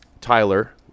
Tyler